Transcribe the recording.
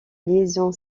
liaison